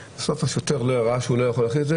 בסוף השוטר ראה שהוא לא יכול לעשות את זה